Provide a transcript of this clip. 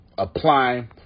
Apply